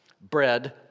bread